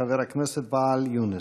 חבר הכנסת ואאל יונס.